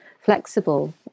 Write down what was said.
flexible